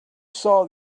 saw